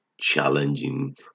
challenging